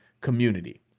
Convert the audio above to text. community